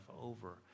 over